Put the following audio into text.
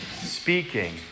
speaking